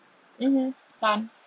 mmhmm done